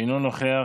אינו נוכח,